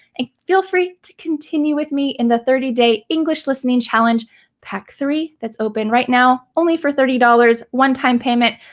and feel free to continue with me in the thirty day english listening challenge pack three that's open right now, only for thirty dollars, one-time payment.